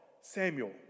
Samuel